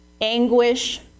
anguish